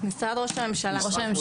משרד ראש הממשלה.